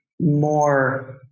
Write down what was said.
more